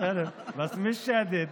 (אומר דברים